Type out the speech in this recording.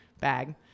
bag